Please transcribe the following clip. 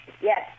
yes